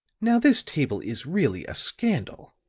now, this table is really a scandal.